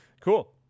Cool